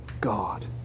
God